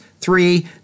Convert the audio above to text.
Three